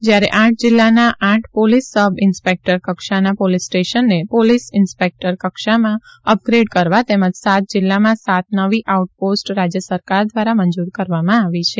જ્યારે આઠ જિલ્લાના આઠ પોલીસ સબ ઇન્સ્પેક્ટર કક્ષાના પોલીસ સ્ટેશનને પોલીસ ઇન્સ્પેક્ટર કક્ષામાં અપગ્રેડ કરવા તેમજ સાત જિલ્લામાં સાત નવી આઉટ પોસ્ટ રાજ્ય સરકાર દ્વારા મંજૂર કરવામાં આવી છે